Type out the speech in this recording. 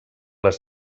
les